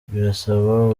birasaba